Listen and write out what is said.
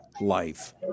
life